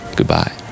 Goodbye